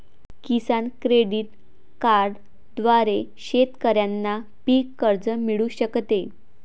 किसान credit कार्डद्वारे शेतकऱ्यांना पीक कर्ज मिळू शकते